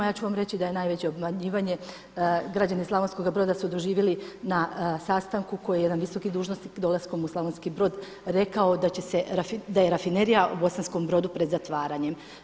Ja ću vam reći da je najveće obmanjivanje građani Slavonskoga Broda su doživjeli na sastanku koji je jedan visoki dužnosnik dolaskom u Slavonski Brod rekao da će se, da je Rafinerija u Slavonskom Brodu pred zatvaranjem.